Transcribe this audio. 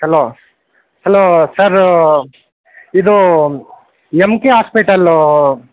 hello hello sir ಇದು M K hospital